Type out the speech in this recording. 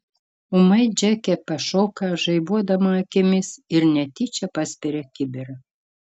ūmai džeke pašoka žaibuodama akimis ir netyčia paspiria kibirą